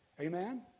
Amen